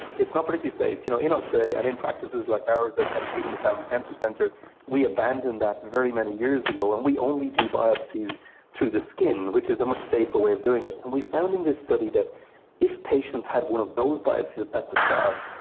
it's not but particularly safe. you know in australia and in practices like ours at at peter maccallum cancer centre we abandoned that very many years ago and we only do biopsies through the skin, which is a much safer way of doing it. and we found in this study that if patients had one of those biopsies at the start,